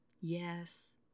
Yes